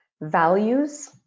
values